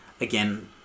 again